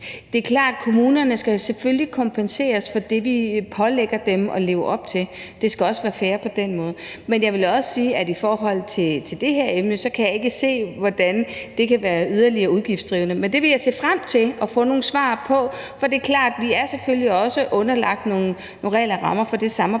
Det er klart, at kommunerne jo selvfølgelig skal kompenseres for det, vi pålægger dem at leve op til. Det skal også være fair på den måde. Men jeg vil også sige, at i forhold til det her emne kan jeg ikke se, hvordan det kan være yderligere udgiftsdrivende. Men det vil jeg se frem til at få nogle svar på, for det er klart, at vi selvfølgelig også er underlagt nogle regler og rammer for det samarbejde,